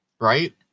Right